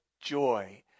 joy